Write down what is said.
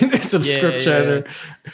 subscription